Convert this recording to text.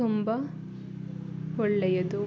ತುಂಬ ಒಳ್ಳೆಯದು